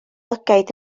lygaid